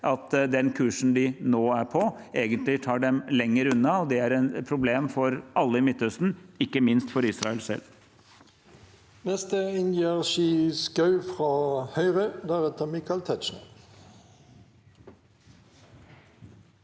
at den kursen de nå er på, egentlig tar dem lenger unna. Det er et problem for alle i Midtøsten, ikke minst for Israel selv.